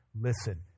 Listen